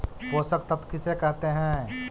पोषक तत्त्व किसे कहते हैं?